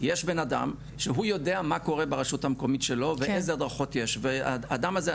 יש אדם שהוא יודע מה קורה ברשות המקומית שלו ואיזה הדרכות יש והאדם הזה,